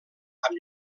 amb